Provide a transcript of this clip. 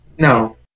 no